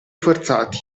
forzati